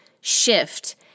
shift